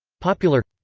popular